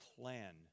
plan